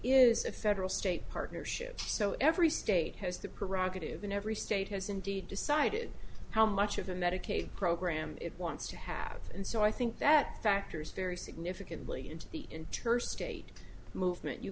is a federal state partnership so every state has the prerogative and every state has indeed decided how much of the medicaid program wants to have and so i think that factors vary significantly inter state movement you